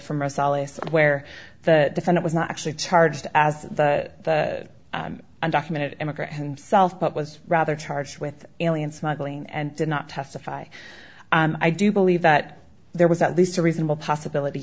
from where the senate was not actually charged as an undocumented immigrant himself but was rather charged with alien smuggling and did not testify i do believe that there was at least a reasonable possibility